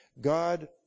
God